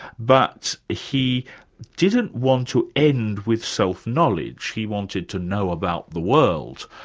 but he didn't want to end with self-knowledge, he wanted to know about the world,